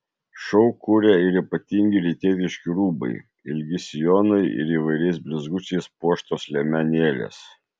šou kuria ir ypatingi rytietiški rūbai ilgi sijonai ir įvairiais blizgučiais puoštos liemenėlės